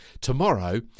Tomorrow